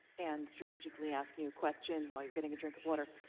anne, strategically ask you a question while you're getting a drink of water.